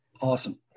Awesome